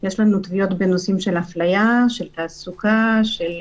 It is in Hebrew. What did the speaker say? יש לנו תביעות בנושאים של אפליה, של תעסוקה, של